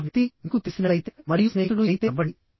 ఆ వ్యక్తి మీకు తెలిసినట్లయితే మరియు స్నేహితుడు యైతే నవ్వండి